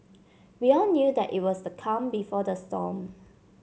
we all knew that it was the calm before the storm